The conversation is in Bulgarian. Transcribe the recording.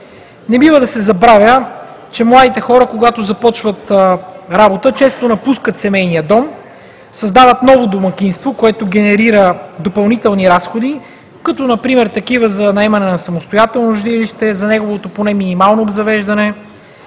Не бива да се забравя, че младите хора, когато започват работа, често напускат семейния дом, създават ново домакинство, което генерира допълнителни разходи, като например такива за наемане на самостоятелно жилище, за неговото поне минимално обзавеждане,